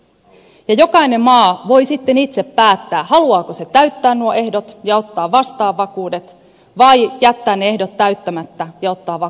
ja jokainen maa voi sitten itse päättää haluaako se täyttää nuo ehdot ja ottaa vastaan vakuudet vai jättää ne ehdot täyttämättä ja vakuudet saamatta